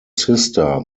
sister